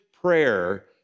prayer